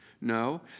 No